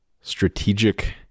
strategic